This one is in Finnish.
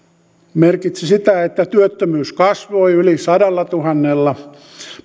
merkitsi sitä että työttömyys kasvoi yli sadallatuhannella